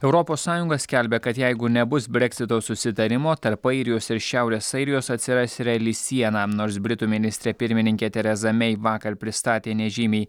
europos sąjunga skelbia kad jeigu nebus breksito susitarimo tarp airijos ir šiaurės airijos atsiras reali siena nors britų ministrė pirmininkė terza mei vakar pristatė nežymiai